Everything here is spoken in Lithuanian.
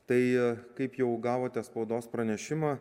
tai kaip jau gavote spaudos pranešimą